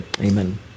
Amen